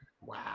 Wow